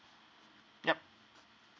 yup